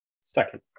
Second